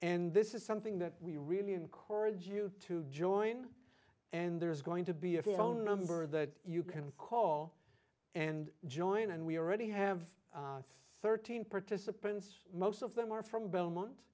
and this is something that we really encourage you to join and there is going to be a phone number that you can call and join and we already have thirteen participants most of them are from belmont